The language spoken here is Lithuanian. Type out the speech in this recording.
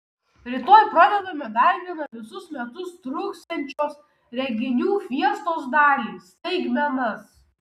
rytoj pradedame dar vieną visus metus truksiančios renginių fiestos dalį staigmenas